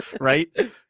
right